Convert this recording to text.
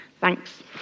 Thanks